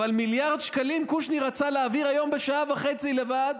אבל מיליארד שקלים קושניר רצה להעביר היום בשעה וחצי לבד